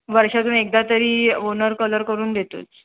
वर्षातून एकदा तरी ओनर कलर करून देतोच